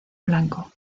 blanco